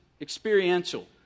experiential